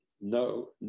no